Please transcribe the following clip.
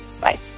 Bye